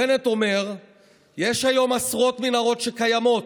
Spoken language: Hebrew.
בנט אומר: "יש היום עשרות מנהרות טרור שקיימות,